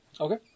Okay